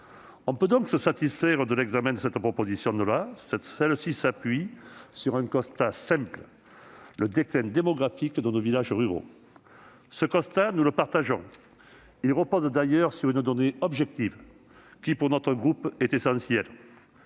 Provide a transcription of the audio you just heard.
qui nous est aujourd'hui soumis. Cette proposition de loi s'appuie sur un constat simple : le déclin démographique de nos villages ruraux. Ce constat, nous le partageons. Il repose d'ailleurs sur une donnée objective, qui, pour notre groupe, est essentielle